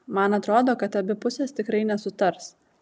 man atrodo kad abi pusės tikrai nesutars